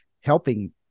helping